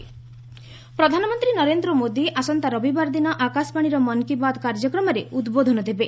ମନ୍କୀ ବାତ୍ ପ୍ରଧାନମନ୍ତ୍ରୀ ନରେନ୍ଦ୍ର ମୋଦି ଆସନ୍ତା ରବିବାର ଦିନ ଆକାଶବାଣୀର ମନ୍କୀ ବାତ୍ କାର୍ଯ୍ୟକ୍ରମରେ ଉଦ୍ବୋଧନ ଦେବେ